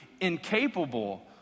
incapable